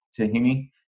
tahini